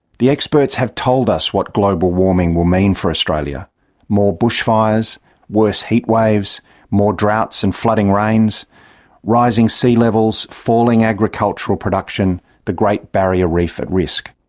the experts have told us what global warming will mean for australia more bushfires worse heatwaves more droughts and flooding rains rising sea levels falling agricultural production the great barrier reef at risk.